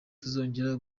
tuzongera